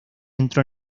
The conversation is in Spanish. entró